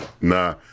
Nah